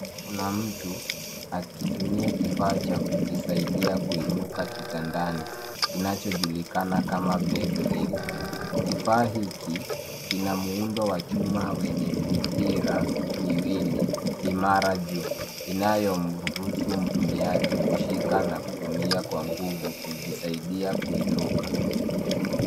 Kuna mtu akitumia kifaa cha kujisaidia kuinuka kitandani, kinachojulikana kama bedrilll . Kifaa hiki kina muundo wa chuma wenye mipira miwili imara juu, inayomruhusu mtumiaji kushika na kutumia kwa nguvu kujisaidia kuinuka.